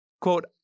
Quote